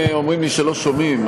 אומרים לי שלא שומעים,